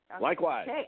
Likewise